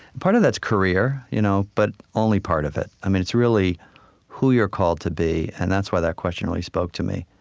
part of that's career, you know but only part of it. um it's really who you are called to be, and that's why that question really spoke to me.